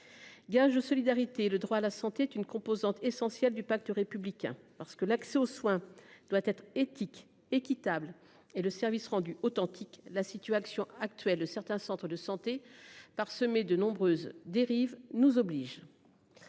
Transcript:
Gage de solidarité le droit à la santé est une composante essentielle du pacte républicain. Parce que l'accès aux soins doit être éthique équitable et le service rendu authentique. La situation actuelle, certains centres de santé. Parsemé de nombreuses dérives nous oblige.